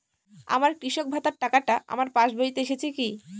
আমার কৃষক ভাতার টাকাটা আমার পাসবইতে এসেছে কি?